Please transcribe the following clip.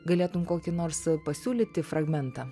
galėtum kokį nors pasiūlyti fragmentą